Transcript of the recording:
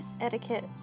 etiquette